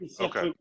okay